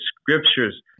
Scriptures